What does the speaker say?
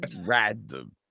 random